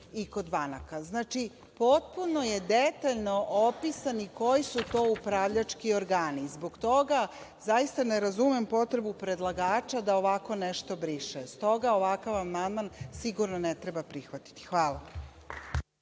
i kod banaka. Znači, potpuno je detaljno opisano koji su to upravljački organi. Zbog toga zaista ne razumem potrebu predlagača da ovako nešto briše. Stoga ovakav amandman sigurno ne treba prihvatiti. Hvala.